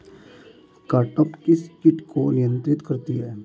Cartap किस किट को नियंत्रित करती है?